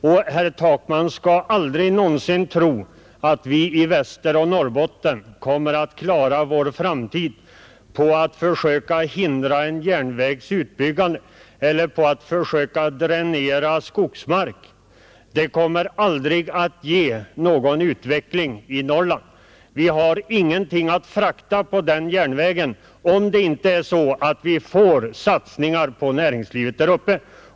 Och herr Takman skall aldrig tro att vi i Västerbotten och Norrbotten kommer att klara vår framtid på att försöka hindra en järnvägs nedläggande eller medverka till en bit järnvägs byggande eller på att försöka dränera skogsmark. Det kommer aldrig att ge någon utveckling i Norrland. Vi har ingenting att frakta på den järnvägen, om det inte är så att vi får satsningar på näringslivet.